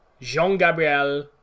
Jean-Gabriel